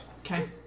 Okay